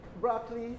broccoli